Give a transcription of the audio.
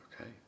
Okay